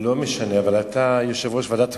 אבל אתה יושב-ראש ועדת החוקה.